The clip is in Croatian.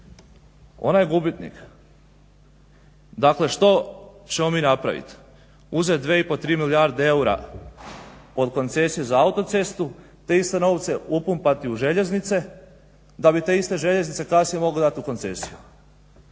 ona je gubitnik. Dakle, što ćemo mi napraviti? Uzeti 2,5, 3 milijarde eura od koncesije za autocestu te iste novce upumpati u željeznice da bi te iste željeznice kasnije mogli dati u koncesiju.